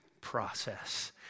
process